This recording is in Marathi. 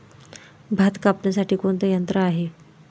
भात कापणीसाठी कोणते यंत्र आहे?